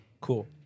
cool